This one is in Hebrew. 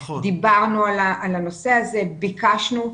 דיברנו על הנושא הזה, ביקשנו.